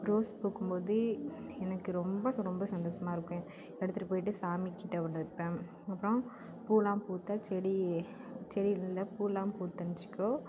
rose பூக்கும் போது எனக்கு ரொம்ப ரொம்ப சந்தோஷமா இருக்கும் எடுத்துகிட்டு போய்விட்டு சாமிக்கிட்டே ஒன்று வைப்பேன் அப்புறம் பூவெலாம் பூத்தாக செடி செடியெலாம் பூவெலாம் பூத்துச்சுனு வச்சுக்கோ